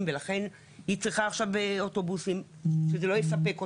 ולכן היא צריכה עכשיו אוטובוסים כי זה לא יספק אותה.